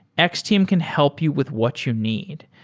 x-team can help you with what you need.